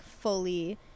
fully